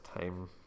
time